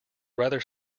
rather